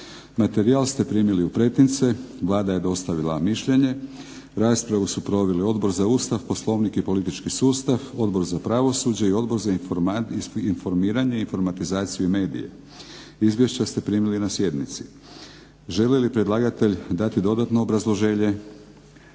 Materijal ste primili u pretince. Vlada je dostavila mišljenje. Raspravu su proveli Odbor za Ustav, Poslovnik i politički sustav, Odbor za pravosuđe i Odbor za informiranje, informatizaciju i medije. Izvješća ste primili na sjednici. Želi li predlagatelj dati dodatno obrazloženje?